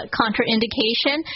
contraindication